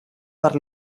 per